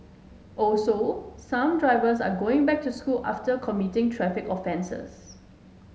also some drivers are going back to school after committing traffic offences